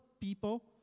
people